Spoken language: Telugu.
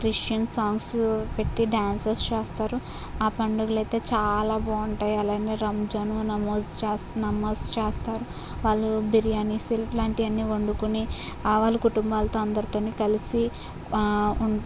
క్రిస్టియన్ సాంగ్సు పెట్టి డాన్సెస్ చేస్తారు ఆ పండుగలు అయితే చాలా బాగుంటాయి అలానే రంజాన్ నమోజ్ చేస్తూ నమాజ్ చేస్తారు వాళ్ళు బిర్యానిస్ ఇలాంటివన్నీ వండుకొని వాళ్ళు కుటుంబాలు అందరితోని కలిసి ఉం